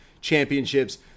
Championships